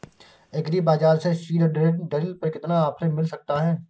Agree bazaar से seed drill पर कितना ऑफर मिल सकता है?